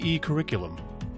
curriculum